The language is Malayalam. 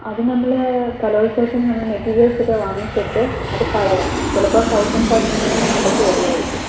അത് നമ്മൾ കലോത്സവത്തിന് നമ്മൾ മെറ്റീരിയൽസ് ഒക്കെ വാങ്ങിച്ചിട്ട് അത് പറയാം ചിലപ്പം തൗസൻഡ് ഫൈവ് ഹൺഡ്രഡിന് മണ്ടയ്ക്ക് വരുമായിരിക്കും